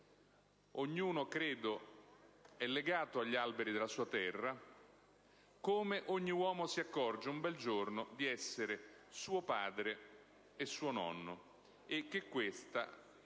Ognuno, credo, è legato agli alberi della sua terra, come ogni uomo si accorge, un bel giorno, di essere suo padre e suo nonno e che questa è l'unica